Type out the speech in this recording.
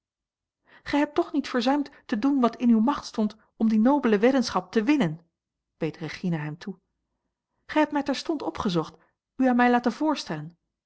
gij hebt toch niet verzuimd te doen wat in uwe macht stond om die nobele weddenschap te winnen beet regina hem toe gij hebt mij terstond opgezocht u aan mij laten voorstellen